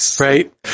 right